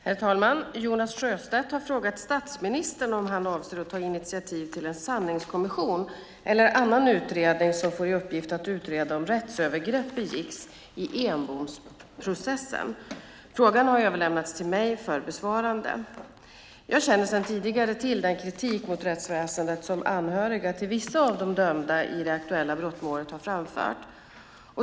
Herr talman! Jonas Sjöstedt har frågat statsministern om han avser att ta initiativ till en sanningskommission eller annan utredning som får i uppgift att utreda om rättsövergrepp begicks i Enbomsprocessen. Frågan har överlämnats till mig för besvarande. Jag känner sedan tidigare till den kritik mot rättsväsendet som anhöriga till vissa av de dömda i det aktuella brottmålet har framfört.